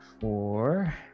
four